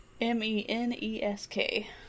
m-e-n-e-s-k